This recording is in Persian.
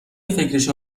فکرشو